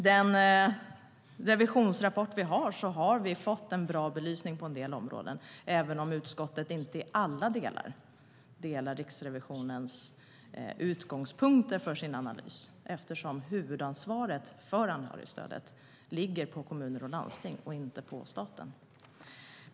Med revisionsrapporten har vi fått bra belysning på en del områden, även om utskottet inte delar Riksrevisionens utgångspunkter för sin analys i alla delar. Huvudansvaret för anhörigstödet ligger nämligen på kommuner och landsting och inte på staten.